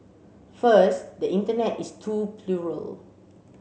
first the Internet is too plural